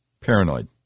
paranoid